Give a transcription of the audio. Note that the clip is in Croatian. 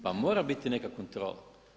Pa mora biti neka kontrola.